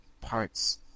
parts